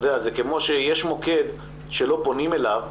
זה כמו שיש מוקד שלא פונים אליו,